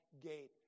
gate